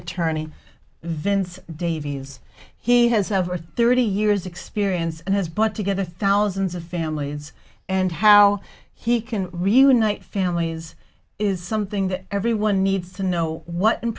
attorney vince davies he has over thirty years experience and has put together thousands of families and how he can reunite families is something that everyone needs to know what